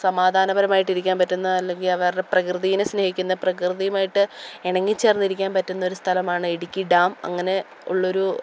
സമാധാനപരമായിട്ട് ഇരിക്കാൻ പറ്റുന്ന അല്ലെങ്കിൽ അവർ പ്രകൃതിയെ സ്നേഹിക്കുന്ന പ്രുകൃതിയുമായിട്ട് ഇണങ്ങി ചേർന്നു ഇരിക്കാൻ പറ്റുന്ന ഒരു സ്ഥലമാണ് ഇടുക്കി ഡാം അങ്ങനെ ഉള്ള ഒരു